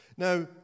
Now